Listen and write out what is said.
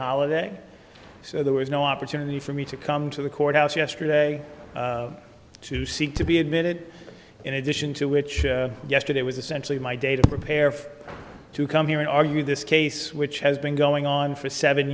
holiday so there was no opportunity for me to come to the courthouse yesterday to seek to be admitted in addition to which yesterday was essentially my day to prepare for to come here and argue this case which has been going on for seven